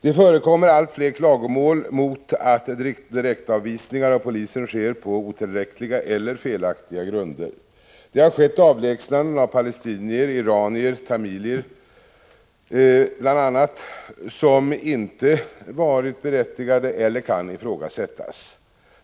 Det förekommer allt fler klagomål mot att direktavvisningar av polisen sker på otillräckliga eller felaktiga grunder. Det har skett avlägsnanden av bl.a. palestinier, iranier och tamilier, avlägsnanden som inte varit berättiga de eller kan ifrågasättas.